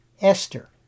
Esther